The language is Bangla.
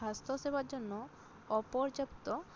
স্বাস্থ্যসেবার জন্য অপর্যাপ্ত